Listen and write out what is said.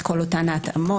את כל אותן ההתאמות.